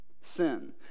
Sin